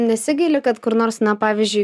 nesigaili kad kur nors na pavyzdžiui